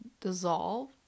dissolve